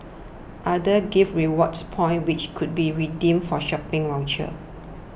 others gave rewards points which could be redeemed for shopping vouchers